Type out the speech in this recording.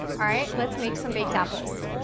all right, let's make some baked apples.